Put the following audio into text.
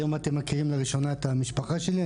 היום אתם מכירים לראשונה את המשפחה שלי,